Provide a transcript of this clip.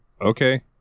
Okay